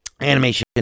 Animation